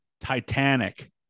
Titanic